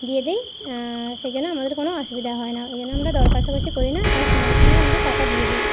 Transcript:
দিয়ে দেই সেই জন্য আমাদের কোনো অসুবিধা হয় না ওই জন্য আমরা দর কষাকষি করিনা আর সঙ্গে সঙ্গে আমরা টাকা দিয়ে দি